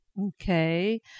Okay